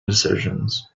decisions